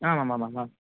आमामाम् आम्